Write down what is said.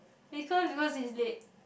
because because is dead